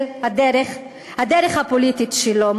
הדרך הפוליטית שלו.